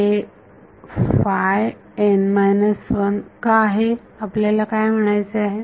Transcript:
हे का आहे आपल्याला काय म्हणायचे आहे